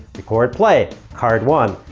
record play. card one.